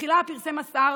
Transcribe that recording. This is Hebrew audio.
בתחילה פרסם השר